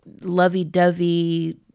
lovey-dovey